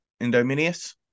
Indominus